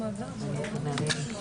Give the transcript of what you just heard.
הישיבה ננעלה בשעה